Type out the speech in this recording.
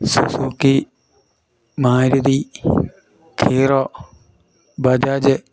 Suzuki Maruti hero Bajaj